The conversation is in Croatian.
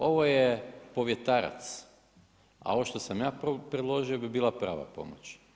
Ovo je povjetarac a ovo što sam ja predložio bi bila prava pomoć.